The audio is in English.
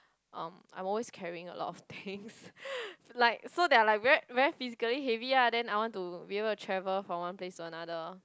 um I'm always carrying a lot of things like so they are like very very physically heavy ah then I want to be able to travel from one place to another